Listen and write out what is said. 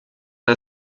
der